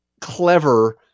clever